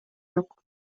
жок